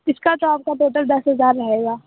इसका क्या आपका टोटल दस हज़ार रहेगा